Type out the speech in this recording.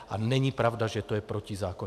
A není pravda, že to je protizákonné.